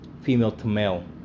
female-to-male